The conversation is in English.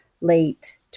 late